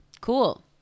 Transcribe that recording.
Cool